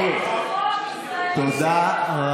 מה לעשות, אין חוק, מי שמבצע, תודה רבה.